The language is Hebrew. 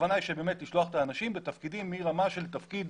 הכוונה היא לשלוח את האנשים בתפקידים מרמה של תפקיד